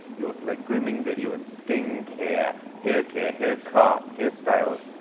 you will select grooming videos, skin care, hair care, hair cut, hairstyles,